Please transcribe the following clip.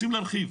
רוצים להרחיב.